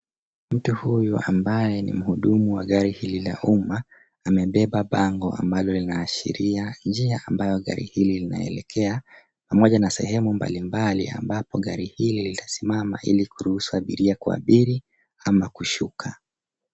Mtu huyu ambaye ni mhudumu wa gari hili la umma amebeba bango ambalo linaashiria njia ambayo gari hili linaelekea pamoja na sehemu mbalimbali ambapo gari hili lita simama ili kuruhusu abiria kuabiri ama kushuka.